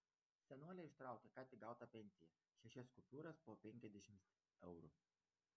senolė ištraukė ką tik gautą pensiją šešias kupiūras po penkiasdešimt eurų